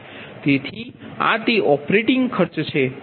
તેથી આ તે ઓપરેટિંગ ખર્ચ છે